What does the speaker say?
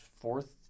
fourth